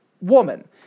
woman